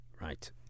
Right